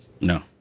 no